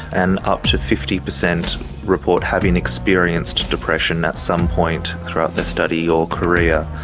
and up to fifty percent report having experienced depression at some point throughout their study or career,